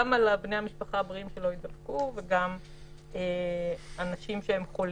גם על בני המשפחה הבריאים וגם על האנשים החולים,